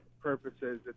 purposes